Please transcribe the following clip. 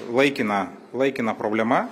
laikina laikina problema